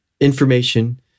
information